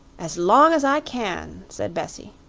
as long as i can, said bessie.